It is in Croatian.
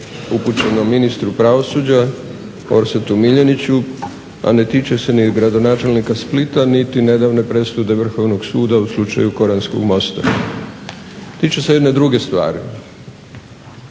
upućeno ministru pravosuđa Orsetu Miljeniću, a ne tiče se ni gradonačelnika Splita, niti nedavne presude Vrhovnog suda u slučaju koranskog mosta. Tiče se jedne druge stvari,